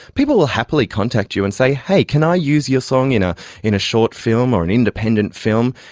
people will happily contact you and say, hey, can i use your song in a in a short film or an independent film,